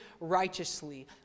righteously